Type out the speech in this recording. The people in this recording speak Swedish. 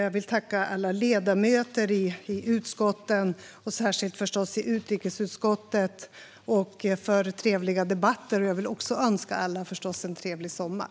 Jag vill tacka alla ledamöter i utskotten, särskilt förstås i utrikesutskottet, för trevliga debatter. Jag vill också önska alla en trevlig sommar.